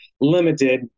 limited